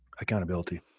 accountability